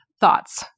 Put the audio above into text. thoughts